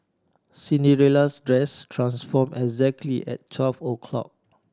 Cinderella's dress transformed exactly at twelve o' clock